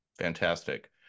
Fantastic